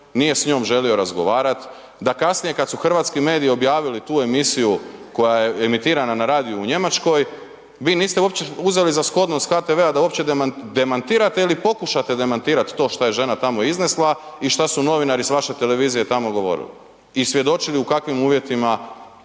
nije s njom želio razgovarat, da kasnije kad su hrvatski mediji objavili tu emisiju koja je emitirana na radiju u Njemačkoj, vi niste uopće uzeli za shodno s HTV-a da uopće demantirate ili pokušate demantirati to što je žena tamo iznesla i šta su novinari s vaše televizije tamo govorili i svjedočili u kakvim uvjetima